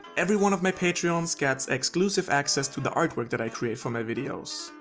every one of my patreons gets exclusive access to the artwork that i create for my videos.